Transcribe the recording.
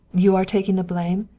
you are taking the blame?